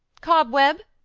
cobweb!